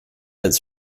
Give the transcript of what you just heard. its